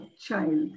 child